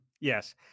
Yes